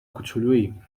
کوچولویی